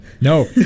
No